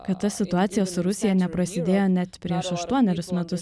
kad ta situacija su rusija neprasidėjo net prieš aštuonerius metus